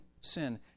sin